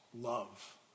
love